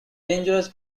dangerous